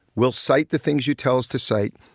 we'll cite the things you tell us to cite,